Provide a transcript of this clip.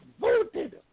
voted